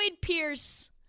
Pierce